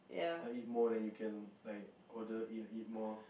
like eat more than you can like order eat eat more